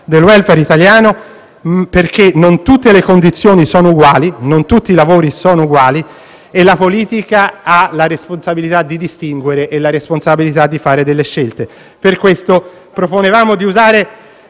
del *welfare* italiano, perché non tutte le condizioni sono uguali, non tutti i lavori sono uguali, e la politica ha la responsabilità di distinguere e fare delle scelte. Per tale ragione proponevamo di usare